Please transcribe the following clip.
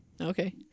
Okay